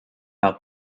out